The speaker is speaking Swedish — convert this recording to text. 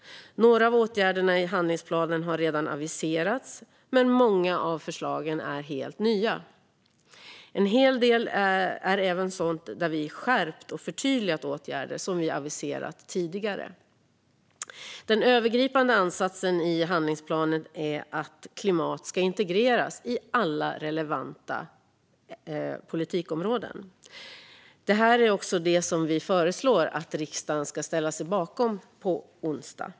Några av åtgärderna i handlingsplanen har redan aviserats, men många av förslagen är helt nya. En hel del är även sådant där vi har skärpt och förtydligat åtgärder som vi har aviserat tidigare. Den övergripande ansatsen i handlingsplanen är att klimat ska integreras i alla relevanta politikområden. Det är också det vi föreslår att riksdagen ska ställa sig bakom på onsdag.